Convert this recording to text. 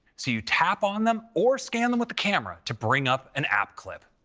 so you tap on them or scan them with the camera to bring up an app clip.